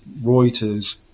Reuters